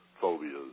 phobias